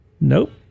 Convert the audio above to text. Nope